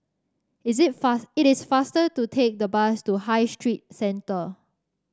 is it it is faster to take the bus to High Street Centre